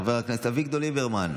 חבר הכנסת אביגדור ליברמן,